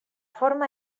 forma